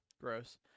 Gross